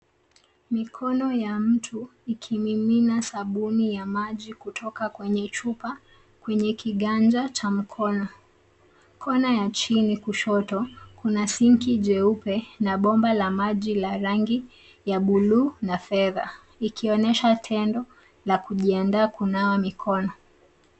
Mikono ya mtu ikimimina sabuni ya maji kutoka kwenye chupa kwenye kiganja cha mkono. Kona ya chini kushoto, kuna sinki jeupe na bomba la maji la rangi ya bluu na fedha, ikionyesha tendo la kujiandaa kunawa mikono.